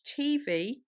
TV